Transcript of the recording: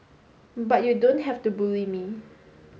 but you don't have to bully me